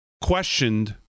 questioned